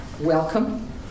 welcome